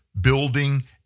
building